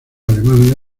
alemania